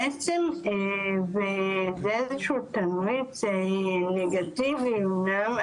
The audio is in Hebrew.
בעצם זה איזשהו תמריץ נגטיבי אמנם,